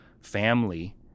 family